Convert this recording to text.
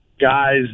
guys